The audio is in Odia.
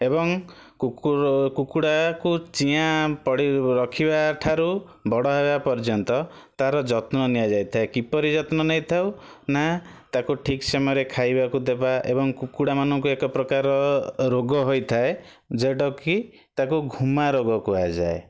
ଏବଂ କୁକୁର କୁକୁଡ଼ାକୁ ଚିଆଁ ପଡ଼ି ରଖିବା ଠାରୁ ବଡ଼ ହେବା ପର୍ଯ୍ୟନ୍ତ ତାର ଯତ୍ନ ନିଆଯାଇଥାଏ କିପରି ଯତ୍ନ ନେଇଥାଉ ନା ତାକୁ ଠିକ୍ ସମୟରେ ଖାଇବାକୁ ଦେବା ଏବଂ କୁକୁଡ଼ାମାନଙ୍କୁ ଏକ ପ୍ରକାର ରୋଗ ହୋଇଥାଏ ଯେଉଁଟା କୁ କି ତାକୁ ଘୁମା ରୋଗ କୁହାଯାଏ